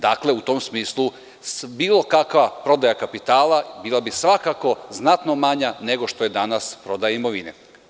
Dakle, u tom smislu bilo kakva prodaja kapitala bila bi svakako znatno manja nego što je danas prodaja imovine.